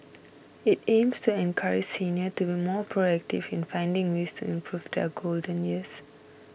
it aims to encourage senior to be more proactive in finding ways to improve their golden years